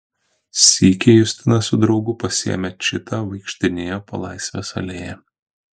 sykį justina su draugu pasiėmę čitą vaikštinėjo po laisvės alėją